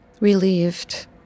Relieved